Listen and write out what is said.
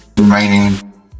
Remaining